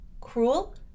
Cruel